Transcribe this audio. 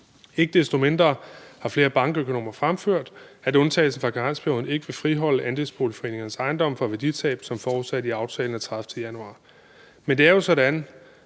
Ikke desto mindre har flere bankøkonomer fremført, at undtagelsen fra karensperioden ikke vil friholde andelsboligforeningernes ejendomme fra værditab som forudsat i aftalen af 30. januar. Men det er jo sådan,